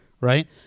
right